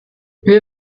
wir